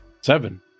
Seven